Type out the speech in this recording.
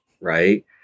right